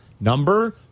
number